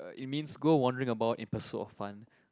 uh it means go wondering about in pursuit of fun